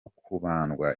kubandwa